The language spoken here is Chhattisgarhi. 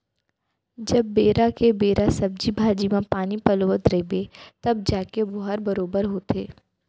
जब बेरा के बेरा सब्जी भाजी म पानी पलोवत रइबे तव जाके वोहर बरोबर होथे